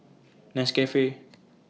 Nescafe